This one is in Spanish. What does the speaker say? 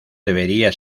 debería